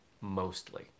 mostly